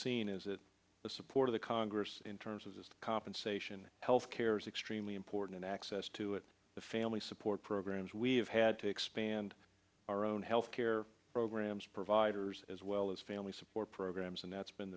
seen is that the support of the congress in terms of compensation health care is extremely important access to it the family support programs we have had to expand our own health care programs providers as well as family support programs and that's been